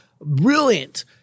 Brilliant